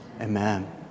Amen